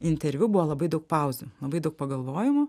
interviu buvo labai daug pauzių labai daug pagalvojimų